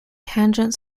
tangent